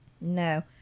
No